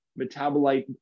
metabolite